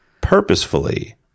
purposefully